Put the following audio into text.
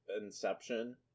Inception